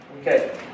Okay